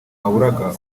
waburaga